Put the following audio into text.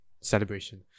celebration